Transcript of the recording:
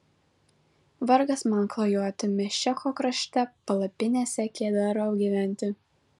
vargas man klajoti mešecho krašte palapinėse kedaro gyventi